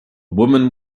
woman